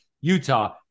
Utah